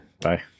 Bye